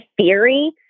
theory